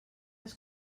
els